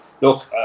Look